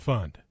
Fund